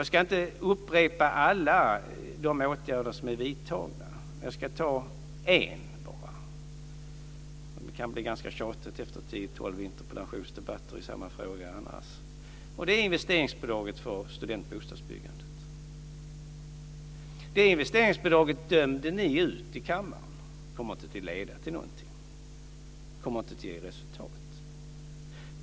Jag ska inte upprepa alla åtgärder som är vidtagna, men jag ska nämna en - annars kan det bli ganska tjatigt efter tio-tolv interpellationsdebatter i samma fråga - och det är investeringsbidraget för byggande av studentbostäder. Detta investeringsbidrag dömde ni ut i kammaren, och ni sade att det inte kommer att leda till någonting och att det inte kommer att ge resultat.